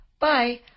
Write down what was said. Bye